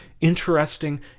interesting